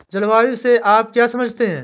जलवायु से आप क्या समझते हैं?